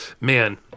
Man